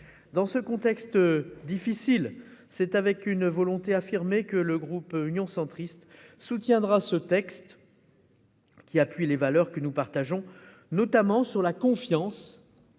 Dans ce contexte difficile, c'est avec une volonté affirmée que le groupe Union Centriste soutiendra cette proposition de loi, qui exprime les valeurs que nous partageons, notamment par la confiance